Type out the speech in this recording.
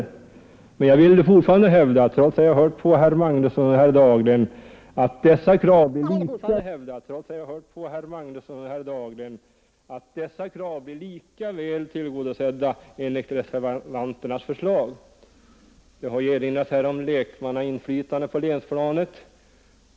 Trots att jag har lyssnat på herrar Magnusson och Dahlgren vill jag fortfarande hävda att dessa krav blir lika väl tillgodosedda enligt reservanternas förslag. Det har här erinrats om lekmannainflytandet på länsplanet.